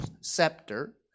Scepter